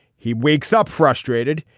he wakes up frustrated.